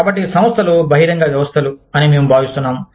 కాబట్టి సంస్థలు బహిరంగ వ్యవస్థలు అని మేము భావిస్తున్నాము